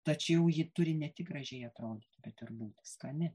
tačiau ji turi ne tik gražiai atrodyti bet ir būti skani